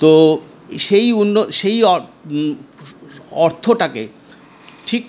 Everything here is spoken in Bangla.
তো সেই সেই অর্থটাকে ঠিক